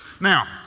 Now